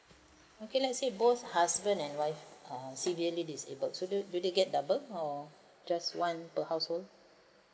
okay lets say both husband and wife um severely disabled so do they get double or just one per household